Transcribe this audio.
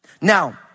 Now